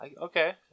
Okay